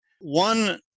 one